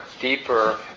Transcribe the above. deeper